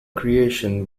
creation